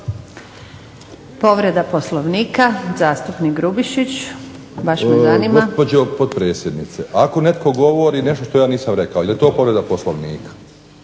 Povreda Poslovnika, zastupnik Grubišić. **Grubišić, Boro (HDSSB)** Gospođo potpredsjednice, ako netko govori nešto što ja nisam rekao, je li to povreda Poslovnika?